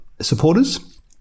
supporters